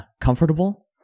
comfortable